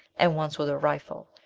and once with a rifle,